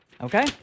Okay